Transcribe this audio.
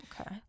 okay